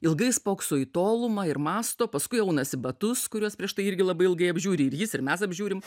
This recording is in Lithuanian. ilgai spokso į tolumą ir mąsto paskui aunasi batus kuriuos prieš tai irgi labai ilgai žiūri ir jis ir mes apžiūrim